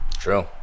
True